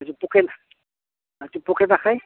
আ পোকে নাখায় পোকে নাখায়